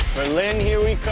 berlin here we